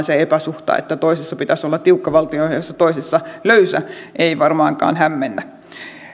se epäsuhta että toisessa pitäisi olla tiukka valtionohjaus ja toisessa löysä ei varmaankaan hämmennä